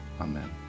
Amen